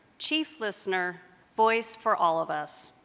chief listener, voice for all of us.